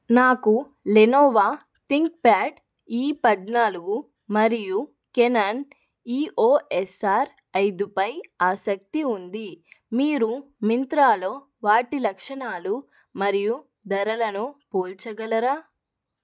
నాకు Lenovo ThinkPad E పద్నాలుగు మరియు Canon E O S R ఐదుపై ఆసక్తి ఉంది మీరు మింత్రాలో వాటి లక్షణాలు మరియు ధరలను పోల్చగలరా